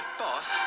boss